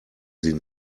sie